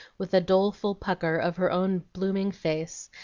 with a doleful pucker of her own blooming face,